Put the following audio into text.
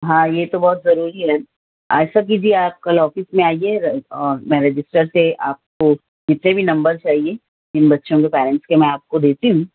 ہاں یہ تو بہت ضروری ہے ایسا کیجیے آپ کل آفس میں آئیے اور میں رجسٹر سے آپ کو جتنے بھی نمبر چاہیے ان بچوں کے پیرنٹس کے میں آپ کو دیتی ہوں